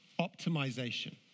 Optimization